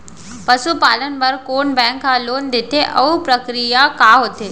पसु पालन बर कोन बैंक ह लोन देथे अऊ प्रक्रिया का होथे?